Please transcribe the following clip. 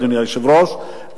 אדוני היושב-ראש,